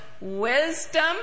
wisdom